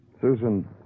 Susan